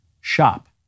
shop